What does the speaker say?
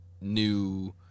new